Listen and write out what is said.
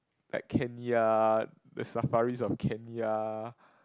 like Kenya the safaris of Kenya